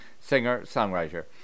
singer-songwriter